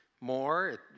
More